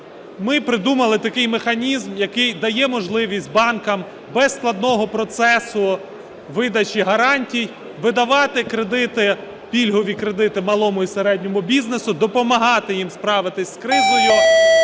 ми придумали такий механізм, який дає можливість банкам без складного процесу видачі гарантій видавати кредити, пільгові кредити малому і середньому бізнесу, допомагати їм справитися з кризою,